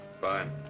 Fine